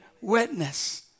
witness